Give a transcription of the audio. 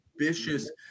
ambitious